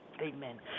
Amen